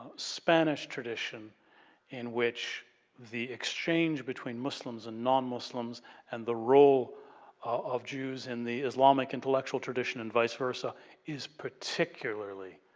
spanish tradition in which the exchange between muslims and non-muslims and the role of jews in the islamic intellectual tradition and vise versa is particularly